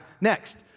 Next